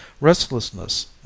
Restlessness